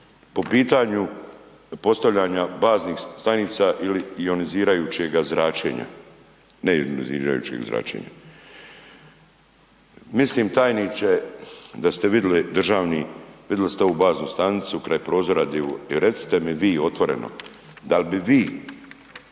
po pitanju postavljanja baznih stanica ili ionizirajućega zračenja, neionizirajućega zračenja. Mislim tajniče da ste vidli, državni, vidli ste ovu baznu stanicu kraj prozora .../Govornik se ne razumije./...